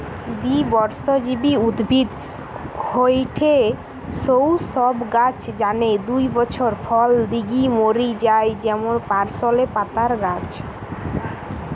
দ্বিবর্ষজীবী উদ্ভিদ হয়ঠে সৌ সব গাছ যানে দুই বছর ফল দিকি মরি যায় যেমন পার্সলে পাতার গাছ